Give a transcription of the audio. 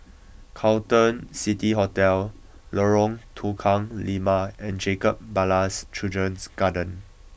Carlton City Hotel Lorong Tukang Lima and Jacob Ballas Children's Garden